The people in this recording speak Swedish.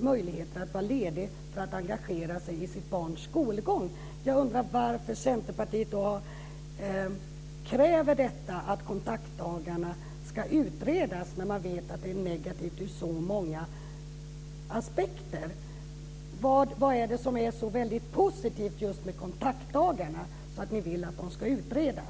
möjligheter att vara ledig för att engagera sig i sitt barns skolgång. Jag undrar varför Centerpartiet kräver att kontaktdagarna ska utredas, när man vet att de är negativa ur så många aspekter. Vad är det som är så positivt med just kontaktdagarna att de ska utredas?